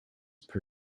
per